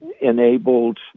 enabled